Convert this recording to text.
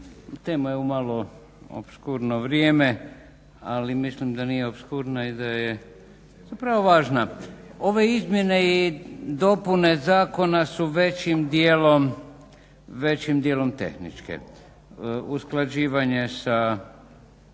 Tema je u malo opskurno vrijeme, ali mislim da nije opskurno i da je zapravo važna. Ove izmjene i dopune zakona su većim dijelom tehničke, usklađivanje sa